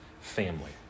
family